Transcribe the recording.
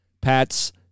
pat's